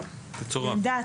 העניין,